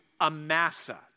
Amasa